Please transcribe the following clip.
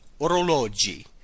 orologi